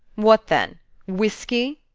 what then? whiskey?